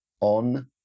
on